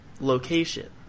location